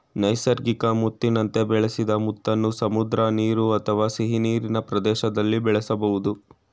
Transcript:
ನೈಸರ್ಗಿಕ ಮುತ್ತಿನಂತೆ ಬೆಳೆಸಿದ ಮುತ್ತನ್ನು ಸಮುದ್ರ ನೀರು ಅಥವಾ ಸಿಹಿನೀರಿನ ಪ್ರದೇಶ್ದಲ್ಲಿ ಬೆಳೆಸ್ಬೋದು